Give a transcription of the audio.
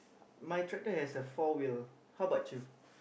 my tractor has a four wheel how about you